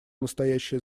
настоящее